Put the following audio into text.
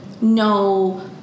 no